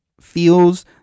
feels